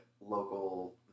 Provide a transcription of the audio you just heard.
local